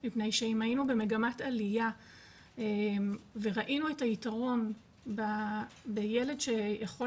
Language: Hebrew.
מפני שאם היינו במגמת עלייה וראינו את היתרון בילד שיכול